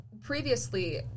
previously